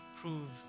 proves